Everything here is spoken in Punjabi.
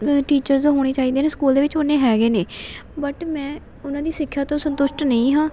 ਟੀਚਰਸ ਹੋਣੇ ਚਾਹੀਦੇ ਨੇ ਸਕੂਲ ਦੇ ਵਿੱਚ ਓਨੇ ਹੈਗੇ ਨੇ ਬਟ ਮੈਂ ਉਹਨਾਂ ਦੀ ਸਿੱਖਿਆ ਤੋਂ ਸੰਤੁਸ਼ਟ ਨਹੀਂ ਹਾਂ